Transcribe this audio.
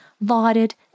lauded